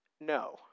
No